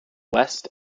west